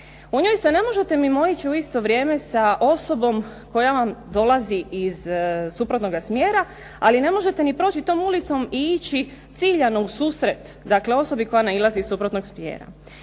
U njoj se ne možete mimoići u isto vrijeme sa osobom koja vam dolazi iz suprotnoga smjera, ali ne možete ni proći tom ulicom i ići ciljano ususret, dakle osobi koja nailazi iz suprotnog smjera.